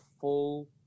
full